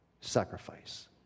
Sacrifice